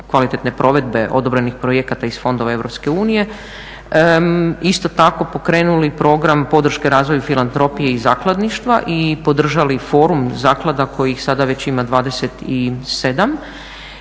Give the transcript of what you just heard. kvalitetne provedbe odobrenih projekata iz fondova EU. Isto tako pokrenuli program podrške razvoju filantropije i zakladništva i podržali forum zaklada kojih sada već ima 27.